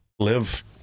live